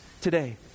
today